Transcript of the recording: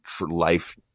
life